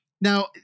Now